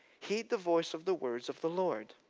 heed the voice of the words of the lord.